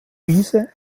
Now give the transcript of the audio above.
wiese